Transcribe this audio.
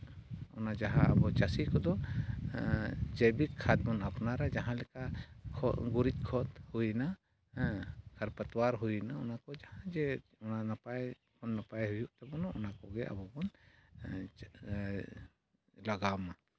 ᱚᱱᱟ ᱡᱟᱦᱟᱸ ᱟᱵᱚ ᱪᱟᱹᱥᱤ ᱠᱚᱫᱚ ᱡᱳᱭᱵᱤᱠ ᱠᱷᱟᱫ ᱵᱚᱱ ᱟᱯᱱᱟᱨᱟ ᱡᱟᱦᱟᱸᱞᱮᱠᱟ ᱠᱷᱚᱫᱽ ᱜᱩᱨᱤᱡᱽ ᱠᱷᱚᱫ ᱦᱩᱭᱮᱱᱟ ᱦᱮᱸ ᱟᱨ ᱯᱟᱛᱣᱟᱨ ᱦᱩᱭᱱᱟ ᱚᱱᱟ ᱠᱚ ᱡᱟᱦᱟᱸ ᱡᱮ ᱚᱱᱟ ᱱᱟᱯᱟᱭ ᱠᱷᱚᱱ ᱱᱟᱯᱟᱭ ᱦᱩᱭᱩᱜ ᱛᱟᱵᱚᱱᱟ ᱚᱱᱟ ᱠᱚᱜᱮ ᱟᱵᱚ ᱵᱚᱱ ᱪᱮᱫ ᱞᱟᱜᱟᱣᱟᱢᱟ